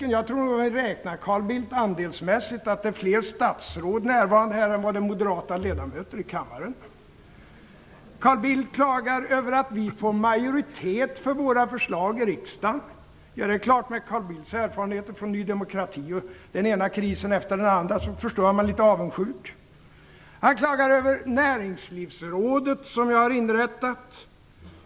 Men jag tror nog, Carl Bildt, att det andelsmässigt är fler statsråd närvarande än det finns moderata ledamöter i kammaren. Carl Bildt klagar över att vi får majoritet för våra förslag i riksdagen. Ja, det är klart. Med Carl Bildts erfarenheter från Ny demokrati och den ena krisen efter den andra förstår jag att han är litet avundsjuk. Han klagar över Näringslivsrådet, som vi har inrättat.